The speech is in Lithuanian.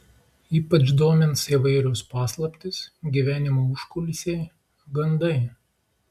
ypač domins įvairios paslaptys gyvenimo užkulisiai gandai